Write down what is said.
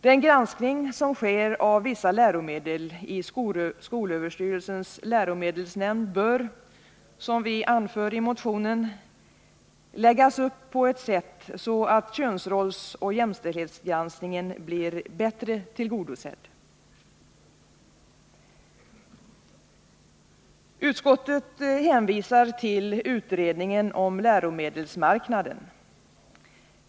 Den granskning av vissa läromedel som sker i skolöverstyrelsens läromedelsnämnd bör, som vi anför i motionen, läggas upp på ett sådant sätt att könsrollsoch jämställdhetsgranskningen blir bättre tillgodosedd. Utskottet hänvisar till utredningen om läromedelsmarknaden.